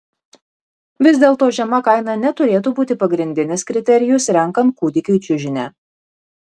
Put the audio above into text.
vis dėlto žema kaina neturėtų būti pagrindinis kriterijus renkant kūdikiui čiužinį